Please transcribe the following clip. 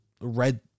red